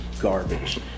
garbage